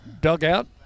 dugout